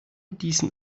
diesen